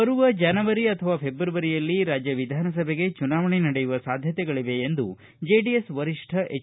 ಬರುವ ಜನವರಿ ಅಥವಾ ಫೆಬ್ರವರಿಯಲ್ಲಿ ರಾಜ್ಯ ವಿಧಾನಸಭೆಗೆ ಚುನಾವಣೆ ನಡೆಯುವ ಸಾಧ್ಯತೆಗಳಿವೆ ಎಂದು ಜೆಡಿಎಸ್ ವರಿಷ್ಠ ಎಚ್